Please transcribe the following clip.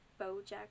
Bojack